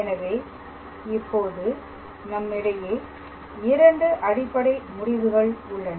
எனவே இப்போது நம்மிடையே இரண்டு அடிப்படை முடிவுகள் உள்ளன